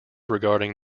regarding